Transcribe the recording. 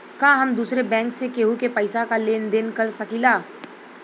का हम दूसरे बैंक से केहू के पैसा क लेन देन कर सकिला?